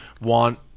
want